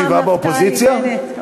ישיבה באופוזיציה?